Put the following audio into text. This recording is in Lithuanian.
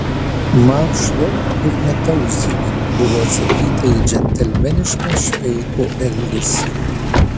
marš lauk ir netauzyk buvo atsakyta į džentelmenišką šveiko elgesį